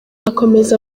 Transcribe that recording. akomeza